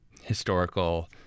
historical